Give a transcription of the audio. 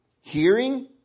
Hearing